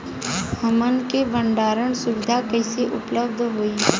हमन के भंडारण सुविधा कइसे उपलब्ध होई?